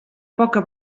poca